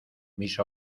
mis